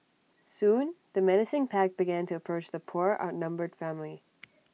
soon the menacing pack began to approach the poor outnumbered family